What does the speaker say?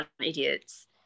idiots